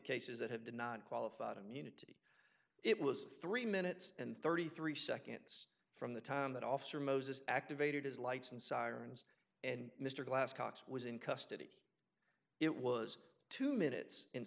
cases that have not qualified immunity it was three minutes and thirty three seconds from the time that officer moses activated his lights and sirens and mr glass cox was in custody it was two minutes